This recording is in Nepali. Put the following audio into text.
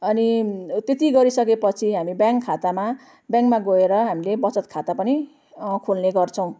अनि त्यति गरिसकेपछि हामी ब्याङ्क खातामा ब्याङ्कमा गएर हामीले बचत खाता पनि खोल्ने गर्छौँ